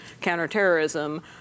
counterterrorism